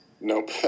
Nope